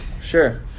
sure